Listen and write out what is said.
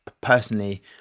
personally